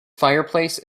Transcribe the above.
fireplace